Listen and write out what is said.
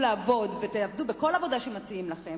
לעבוד ותעבדו בכל עבודה שמציעים לכן,